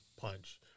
punch